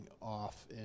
off